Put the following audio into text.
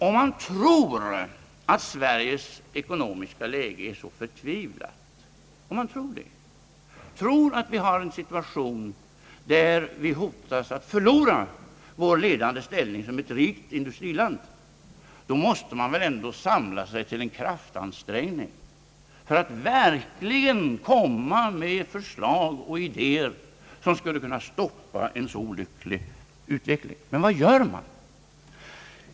Om man tror att Sveriges ekonomiska läge är så förtvivlat och tror att vi befinner oss i en situation, där vi hotas att förlora vår ledande ställning som ett rikt industriland, måste man väl ändå samla sig till en kraftansträngning för att verkligen komma med förslag och idéer som skulle kunna stoppa en så olycklig utveckling. Men vad gör man?